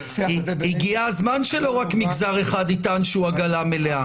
הגיע הזמן שלא רק מגזר אחד יטען שהוא עגלה מלאה.